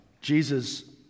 Jesus